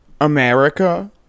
America